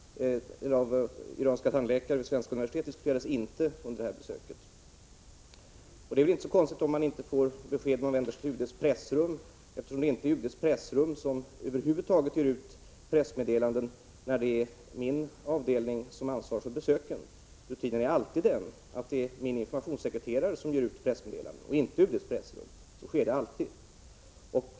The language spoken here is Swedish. Nr 98 Herr talman! Nej, utbildning av iranska tandläkare vid svenska universitet Det är väl inte så konstigt om man inte får besked när man vänder sig till UD:s pressrum, eftersom det över huvud taget inte är UD:s pressrum som Om regeringsöverger ut pressmeddelanden när min avdelning har ansvaret för besöken. läggningar med Rutinen är alltid den ar det är min Info rmationssekreterare Bm er uti; frans vice utrikes: pressmeddelanden och inte UD:s pressrum. Så har det alltid varit.